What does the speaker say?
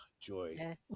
Joy